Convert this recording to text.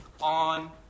on